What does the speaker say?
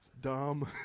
dumb